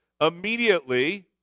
immediately